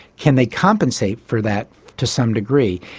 can they compensate for that to some degree?